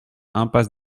impasse